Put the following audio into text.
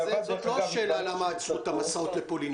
בסדר, השאלה היא לא למה עצרו את המסעות לפולין.